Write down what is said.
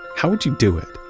how would you do it?